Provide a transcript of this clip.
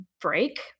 break